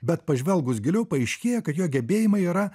bet pažvelgus giliau paaiškėja kad jo gebėjimai yra